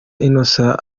innocent